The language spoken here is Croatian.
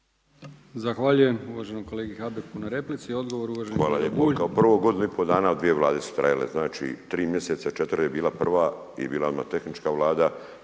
Zahvaljujem uvaženom kolegi Vučetiću na replici. Odgovor uvaženi kolega Bulj.